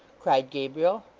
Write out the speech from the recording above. cried gabriel.